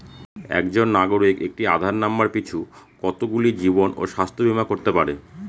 একজন নাগরিক একটি আধার নম্বর পিছু কতগুলি জীবন ও স্বাস্থ্য বীমা করতে পারে?